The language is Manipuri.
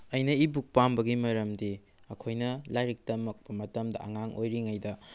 ꯑꯩꯅ ꯏ ꯕꯨꯛ ꯄꯥꯝꯕꯒꯤ ꯃꯔꯝꯗꯤ ꯑꯩꯈꯣꯏꯅ ꯂꯥꯏꯔꯤꯛ ꯇꯝꯃꯛꯄ ꯃꯇꯝꯗ ꯑꯉꯥꯡ ꯑꯣꯏꯔꯤꯉꯩꯗ